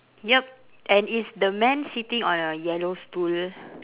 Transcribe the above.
yup and is the man sitting on a yellow stool